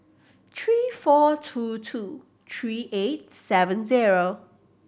three four two two three eight seven zero